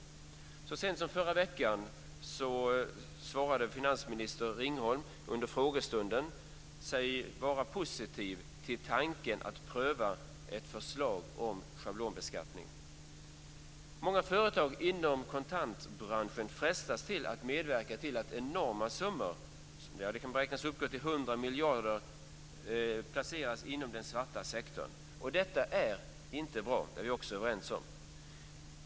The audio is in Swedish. Så sent som under frågestunden förra veckan sade sig finansminister Ringholm vara positiv till tanken att pröva ett förslag om schablonbeskattning. Många företag inom kontantbranschen frestas medverka till att enorma summor, upp till 100 miljarder kronor, placeras inom den svarta sektorn. Detta är inte bra. Det är vi också överens om.